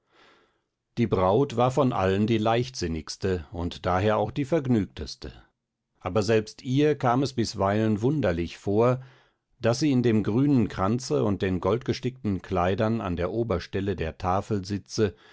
die braut war von allen die leichtsinnigste und daher auch die vergnügteste aber selbst ihr kam es bisweilen wunderlich vor daß sie in dem grünen kranze und den goldgestickten kleidern an der oberstelle der tafel sitze